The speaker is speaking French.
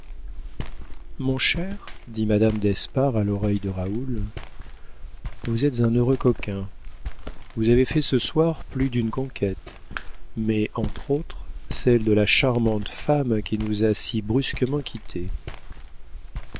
mon cher dit madame d'espard à l'oreille de raoul vous êtes un heureux coquin vous avez fait ce soir plus d'une conquête mais entre autres celle de la charmante femme qui nous a si brusquement quittés